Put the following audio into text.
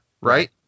right